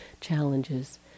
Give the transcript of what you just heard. challenges